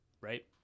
right